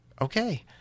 okay